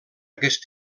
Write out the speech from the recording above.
aquest